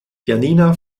janina